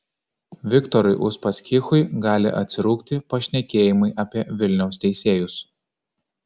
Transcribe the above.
viktorui uspaskichui gali atsirūgti pašnekėjimai apie vilniaus teisėjus